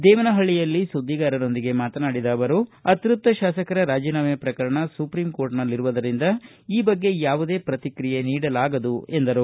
ದೇವನಹಳ್ಳಿಯಲ್ಲಿ ಸುದ್ದಿಗಾರರೊಂದಿಗೆ ಮಾತನಾಡಿದ ಅವರು ಅತ್ಯಪ್ತ ಶಾಸಕರ ರಾಜೀನಾಮೆ ಪ್ರಕರಣ ಸುಪ್ರೀಂ ಕೋರ್ಟ್ನಲ್ಲಿರುವುದರಿಂದ ಈ ಬಗ್ಗೆ ಯಾವುದೇ ಪ್ರತಿಕ್ರಿಯೆ ನೀಡಲಾಗದು ಎಂದರು